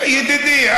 ידידי,